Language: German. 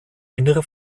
innere